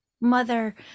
mother